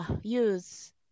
use